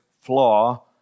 flaw